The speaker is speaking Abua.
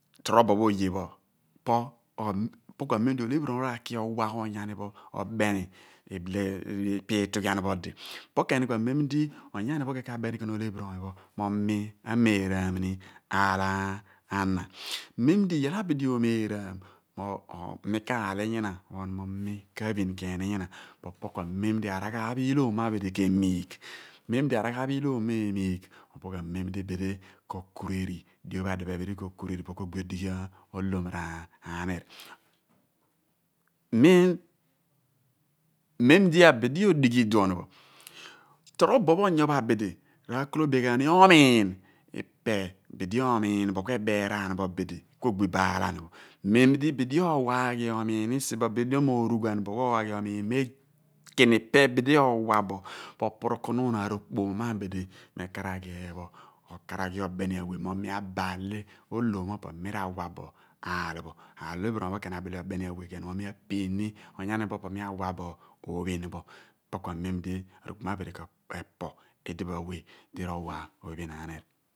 Torobo oye pho po ku amen di olephiri oony r'ak owa onyani oḇeni ipe iitughian pho ọdi opo ku amen di onyanipho ka ki aḇeni olephiri oony pho mo mi ameeraam ni aal ana mem di iyal abul omeeraam obalan, opo ku amem di araghaaph ilhom mo abidi k'emiigh. Ku mem di araghaaph iilhlom mo emiigh opo ku amem di bid. Ko kureri dio pho adiphe pho ko kureri bo ku ogbi odoghi olhom r'anir. men men di abidi odighi iduon pho torobo onyo pho abidi r'aakolobian ghan ni omiin ipe dibi omiin bo ku ebeeraan bo bidi ku ogbi bo aalan pho mem di owaaghi omiin esi pho abidi owa bo puruku nuun ekpom mo abidime karaghi eepho okaraghi oḇeni awe mo mi akar ni abal li olhom pho po mi rawa bo aal pho olephirioony obile obeni awe mo mi apin ni onyani pho po mi owa bo phin pho opo ku amem di ekpom abidi k'epo idipho awe di rowa ophin anir.